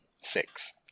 six